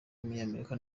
w’umunyamerika